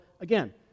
again